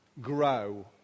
grow